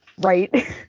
Right